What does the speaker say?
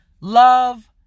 Love